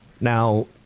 Now